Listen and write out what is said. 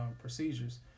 procedures